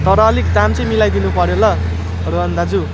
तर अलिक दाम चाहिँ मिलाइदिनु पऱ्यो ल रोहन दाजु